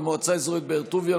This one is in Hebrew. למועצה האזורית באר טוביה,